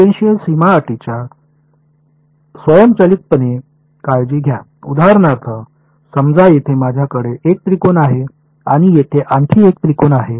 tangential सीमा अटींची स्वयंचलितपणे काळजी घ्या उदाहरणार्थ समजा येथे माझ्याकडे 1 त्रिकोण आहे आणि येथे आणखी एक त्रिकोण आहे